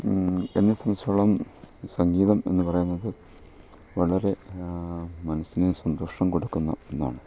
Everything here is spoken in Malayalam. എന്നെ സംബന്ധിച്ചെടുത്തോളം സംഗീതം എന്ന് പറയുന്നത് വളരെ മനസ്സിന് സന്തോഷം കൊടുക്കുന്ന ഒന്നാണ്